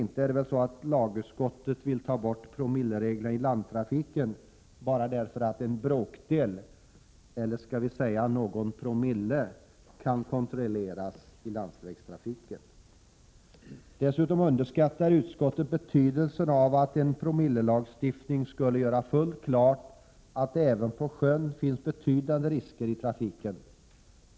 Inte är det väl så att lagutskottet vill ta bort promillereglerna i landtrafiken därför att bara en bråkdel — eller skall vi säga någon promille — kan kontrolleras i landsvägstrafiken? Dessutom underskattar lagutskottet betydelsen av att en promillelagstiftning skulle göra fullt klart att det även på sjön finns betydande risker i trafiken.